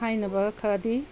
ꯍꯥꯏꯅꯕ ꯈꯔꯗꯤ